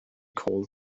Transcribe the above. call